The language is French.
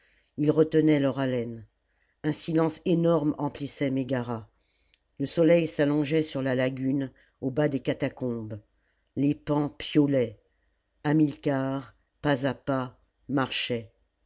ils retenaient leur haleine un silence énorme emplissait mégara le soleil s'allongeait sur la lagune au bas des catacombes les paons piaulaient hamilcar pas à pas